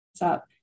up